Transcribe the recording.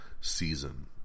season